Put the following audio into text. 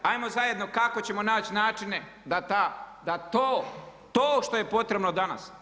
Hajmo zajedno kako ćemo naći načine da to, to što je potrebno danas.